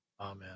Amen